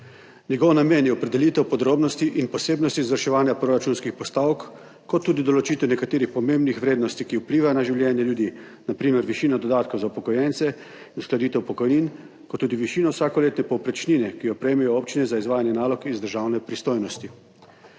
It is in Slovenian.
Njegov namen je opredelitev podrobnosti in posebnosti izvrševanja proračunskih postavk ter tudi določitev nekaterih pomembnih vrednosti, ki vplivajo na življenje ljudi, na primer višina dodatkov za upokojence, uskladitev pokojnin in tudi višina vsakoletne povprečnine, ki jo prejmejo občine za izvajanje nalog iz državne pristojnosti.